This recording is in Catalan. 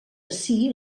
ací